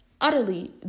Utterly